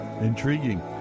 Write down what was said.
intriguing